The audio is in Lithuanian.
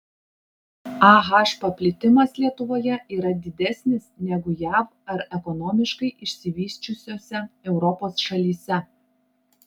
ah paplitimas lietuvoje yra didesnis negu jav ar ekonomiškai išsivysčiusiose europos šalyse